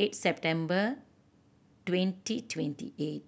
eight September twenty twenty eight